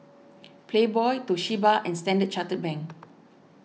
Playboy Toshiba and Standard Chartered Bank